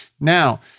now